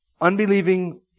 unbelieving